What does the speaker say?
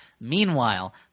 Meanwhile